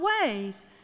ways